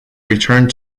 returned